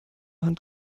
hand